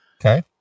Okay